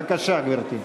בבקשה, גברתי.